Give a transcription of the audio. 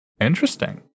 Interesting